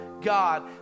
God